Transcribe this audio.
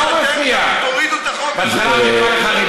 אתה יכול להסביר לי,